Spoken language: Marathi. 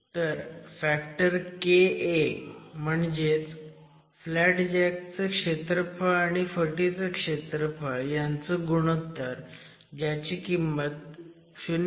तर फॅक्टर Ka म्हणजे फ्लॅट जॅकचं क्षेत्रफळ आणि फटीचं क्षेत्रफळ यांचं गुणोत्तर ज्याची किंमत 0